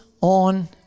on